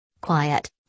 Quiet